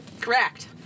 Correct